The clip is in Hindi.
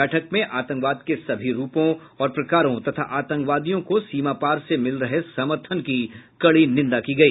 बैठक में आतंकवाद के सभी रूपों और प्रकारों तथा आतंकवादियों को सीमा पार से मिल रहे समर्थन की कड़ी निंदा की गई